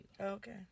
Okay